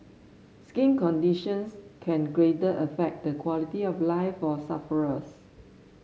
skin conditions can great affect the quality of life for sufferers